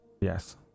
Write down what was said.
Yes